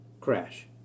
crash